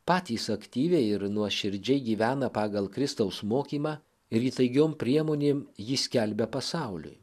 patys aktyviai ir nuoširdžiai gyvena pagal kristaus mokymą ir įtaigiom priemonėm jį skelbia pasauliui